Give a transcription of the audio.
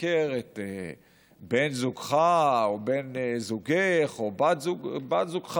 לבקר את בן זוגךָ או בן זוגך או בת זוגך,